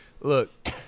Look